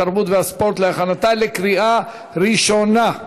התרבות והספורט להכנתה לקריאה ראשונה.